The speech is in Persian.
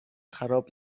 خراب